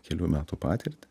kelių metų patirtį